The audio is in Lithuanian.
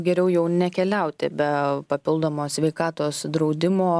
geriau jau nekeliauti be papildomo sveikatos draudimo